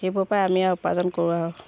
সেইবোৰ পৰা আমি আৰু উপাৰ্জন কৰো আৰু